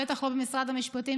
בטח במשרד המשפטים,